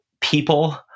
people